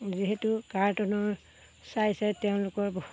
যিহেতু কাৰ্টুনৰ চাই চাই তেওঁলোকৰ